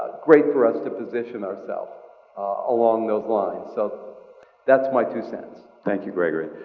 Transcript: great for us to position ourselves along those lines. so that's my two cents. thank you gregory.